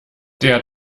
der